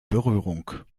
berührung